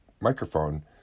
microphone